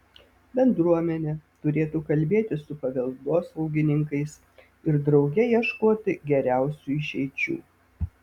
bendruomenė turėtų kalbėtis su paveldosaugininkais ir drauge ieškoti geriausių išeičių